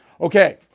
Okay